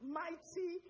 mighty